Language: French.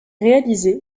réalisé